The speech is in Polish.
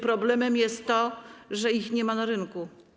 Problemem jest to, że ich nie ma na rynku.